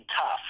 tough